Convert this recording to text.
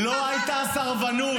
לא הייתה סרבנות.